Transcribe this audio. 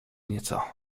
nieco